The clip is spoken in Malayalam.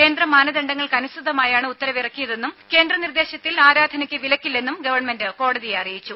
കേന്ദ്രമാനദണ്ഡങ്ങൾക്കനുസൃതമായാണ് ഉത്തരവിറക്കിയതെന്നും കേന്ദ്ര നിർദേശത്തിൽ ആരാധനയ്ക്ക് വിലക്കില്ലെന്നും ഗവൺമെന്റ് കോടതിയെ അറിയിച്ചു